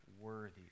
worthy